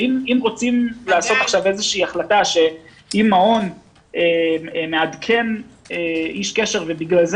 ואם רוצים עכשיו לעשות החלטה שאם מעון מעדכן איש קשר ובגלל זה